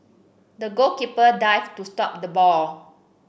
the goalkeeper dived to stop the ball